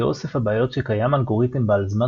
כאוסף הבעיות שקיים אלגוריתם בעל זמן